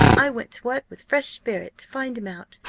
i went to work with fresh spirit to find him out,